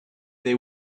they